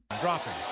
dropping